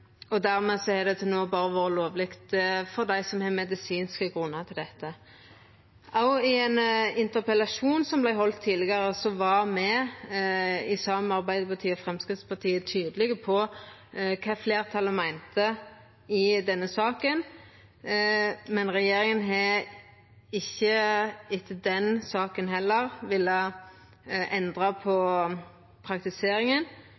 for dei som har medisinske grunnar. Òg i ein interpellasjon som vart halden tidlegare, var me saman med Arbeidarpartiet og Framstegspartiet tydelege på kva fleirtalet meinte i denne saka, men regjeringa har heller ikkje etter den saka villa endra på praktiseringa.